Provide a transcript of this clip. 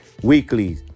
Weekly